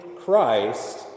Christ